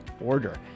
order